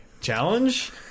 Challenge